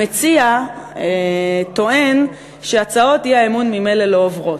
המציע טוען שהצעות האי-אמון ממילא לא עוברות.